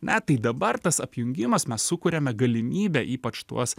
ne tai dabar tas apjungimas mes sukuriame galimybę ypač tuos